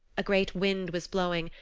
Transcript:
a great wind was blowing,